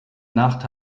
nacht